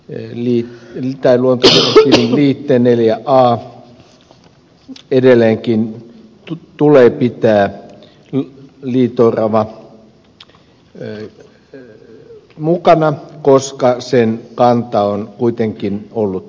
yli lentää luontodirektiiviliitteen iv a edelleenkin tulee pitää liito orava mukana koska sen kanta on kuitenkin ollut laskeva